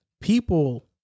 people